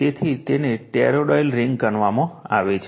તેથી તેને toroidal ring ગણવામાં આવે છે